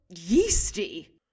yeasty